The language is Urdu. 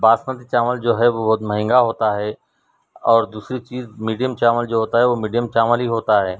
باسمتی چاول جو ہے وہ بہت مہنگا ہوتا ہے اور دوسری چیز میڈیم چاول جو ہوتا ہے وہ میڈیم چاول ہی ہوتا ہے